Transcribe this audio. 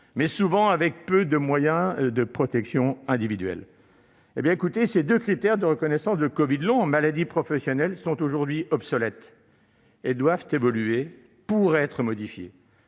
très souvent avec peu de moyens de protection individuelle ? Ces deux critères de reconnaissance de covid long en maladie professionnelle sont aujourd'hui obsolètes et doivent évoluer. Le « quoi